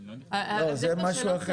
לא, זה משהו אחר.